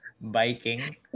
Biking